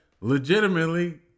legitimately